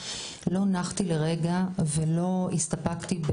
לא נחתי לרגע ולא הסתפקתי,